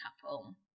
couple